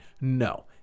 No